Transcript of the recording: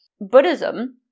Buddhism